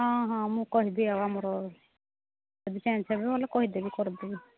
ହଁ ହଁ ମୁଁ କହିଦେବି ଆମର ଯଦି ଚେଞ୍ଜ୍ ହେବେ ତେବେ କହିଦେବି କରିଦେବି